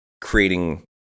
creating